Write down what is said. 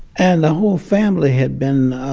and the whole family had been